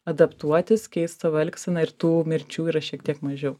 adaptuotis keist savo elgseną ir tų mirčių yra šiek tiek mažiau